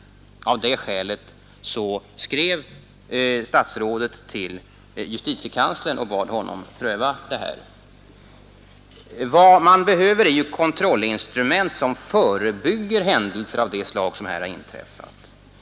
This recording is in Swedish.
Av det skälet skrev statsrådet till JK och bad honom pröva frågorna. Vad man behöver är ju kontrollinstrument, som förebygger händelser av det slag som här har inträffat.